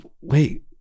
Wait